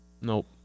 Nope